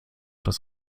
das